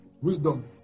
Wisdom